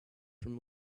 from